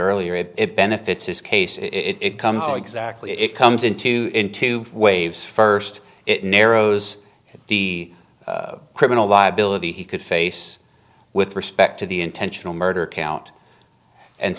earlier if it benefits this case if it comes to exactly it comes into into waves first it narrows the criminal liability he could face with respect to the intentional murder count and